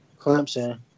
Clemson